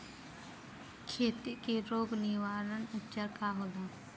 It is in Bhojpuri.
खेती के रोग निवारण उपचार का होला?